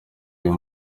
uyu